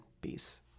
peace